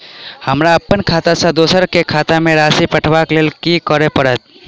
हमरा अप्पन खाता सँ दोसर केँ खाता मे राशि पठेवाक लेल की करऽ पड़त?